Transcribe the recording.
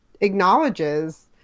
acknowledges